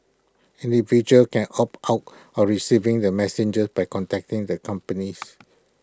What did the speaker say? individuals can opt out of receiving the messages by contacting the companies